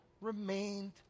remained